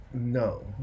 no